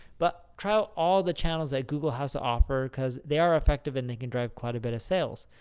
but trial all the channels that google has to offer, because they are effective and they can drive quite a bit of sales.